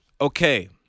okay